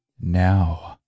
now